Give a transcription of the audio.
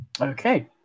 Okay